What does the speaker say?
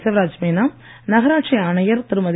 சிவராஜ் மீனா நகராட்சி ஆணையர் திருமதி